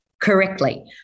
correctly